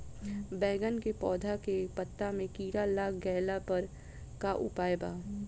बैगन के पौधा के पत्ता मे कीड़ा लाग गैला पर का उपाय बा?